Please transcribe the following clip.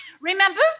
Remember